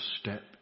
step